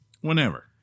Whenever